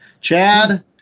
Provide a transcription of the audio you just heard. Chad